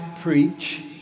preach